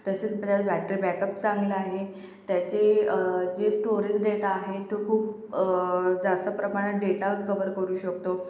तसेच परत battery backup चांगलं आहे त्याचे जे स्टोरेज डेटा आहे तो खूप जास्त प्रमाणात डेटा कव्हर करू शकतो